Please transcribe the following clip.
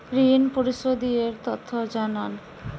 ঋন পরিশোধ এর তথ্য জানান